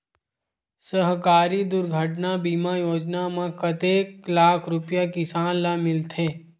सहकारी दुर्घटना बीमा योजना म कतेक लाख रुपिया किसान ल मिलथे?